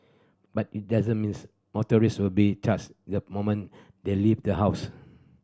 but it doesn't means motorists will be charged the moment they leave the house